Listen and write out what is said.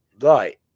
Right